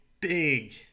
big